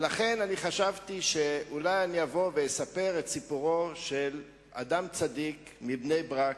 לכן חשבתי שאולי אני אבוא ואספר את סיפורו של אדם צדיק מבני-ברק,